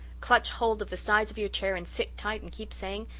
clutch hold of the sides of your chair and sit tight and keep saying,